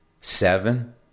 Seven